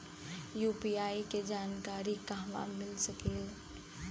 UPI के जानकारी कहवा मिल सकेले?